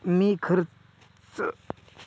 मी कमी खर्चात शेतीमध्ये चारा कसा लावू शकतो?